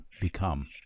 become